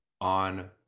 on